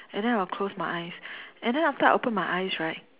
and then I'll close my eyes and then after I open my eyes right